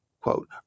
quote